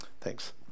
Thanks